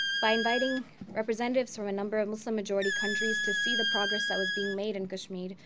by inviting representatives from a number of muslim-majority countries to see the progress that was being made in kashmir,